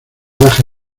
baja